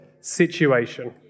situation